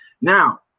Now